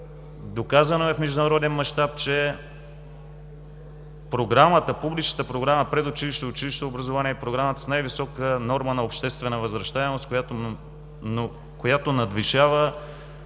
доказано е в международен мащаб, че публичната програма „Предучилищно и училищно образование“ е с най-висока норма на обществена възвращаемост, която надвишава